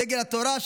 דגל התורה,